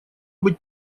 быть